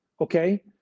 okay